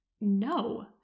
No